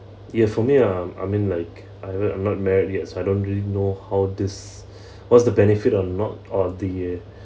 ya for me um I mean like I will I'm not married yet so I don't really know how this what's the benefit or not or the uh